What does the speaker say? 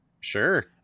Sure